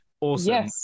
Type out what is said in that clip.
awesome